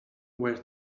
were